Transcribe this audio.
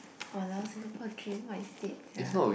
!walao! Singapore dream what is it sia